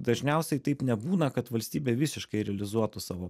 dažniausiai taip nebūna kad valstybė visiškai realizuotų savo